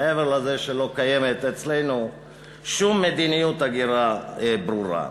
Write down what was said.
מעבר לזה שלא קיימת אצלנו שום מדיניות הגירה ברורה.